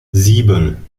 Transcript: sieben